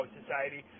society